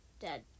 dead